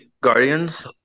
Guardians